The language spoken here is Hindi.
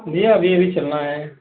भईया अभी अभी चलना है